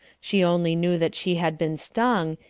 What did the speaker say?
she only knew that she had been stung,